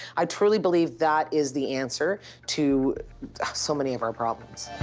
i truly believe that is the answer to so many of our problems.